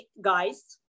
guys